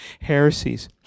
heresies